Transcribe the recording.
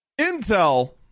Intel